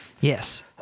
Yes